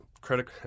Credit